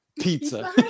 pizza